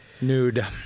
nude